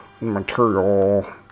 material